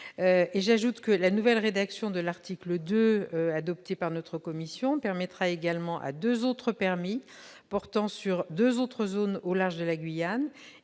J'ajoute que la nouvelle rédaction de l'article 2 adoptée par la commission permettra également que deux autres permis portant sur deux autres zones au large de la Guyane-